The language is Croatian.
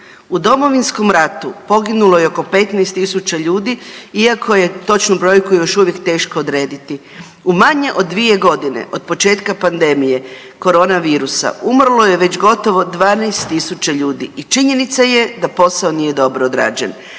U Domovinskom ratu poginulo je oko 15.000 ljudi iako je točnu brojku još uvijek teško odrediti. U manje od 2 godine od početka pandemije korona virusa umrlo je već gotovo 12.000 ljudi i činjenica je da posao nije dobro odrađen.